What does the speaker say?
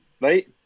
Right